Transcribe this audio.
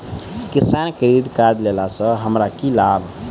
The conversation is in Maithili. किसान क्रेडिट कार्ड लेला सऽ हमरा की लाभ?